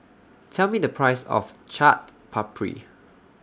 Tell Me The Price of Chaat Papri